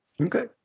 Okay